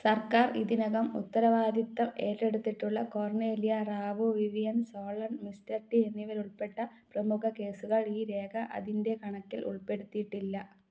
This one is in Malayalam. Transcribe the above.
സർക്കാർ ഇതിനകം ഉത്തരവാദിത്തം ഏറ്റെടുത്തിട്ടുള്ള Cornelia Rau Vivian Solon Mister T എന്നിവരുൾപ്പെട്ട പ്രമുഖ കേസുകൾ ഈ രേഖ അതിൻ്റെ കണക്കിൽ ഉൾപ്പെടുത്തിയിട്ടില്ല